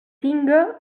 tinga